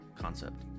concept